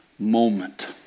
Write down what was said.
Moment